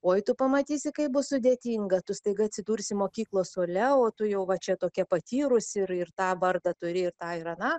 oi tu pamatysi kai bus sudėtinga tu staiga atsidursi mokyklos suole o tu jau va čia tokia patyrusi ir ir tą vardą turi ir tą ir aną